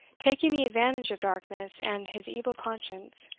taking the advantage of darkness and his evil conscience,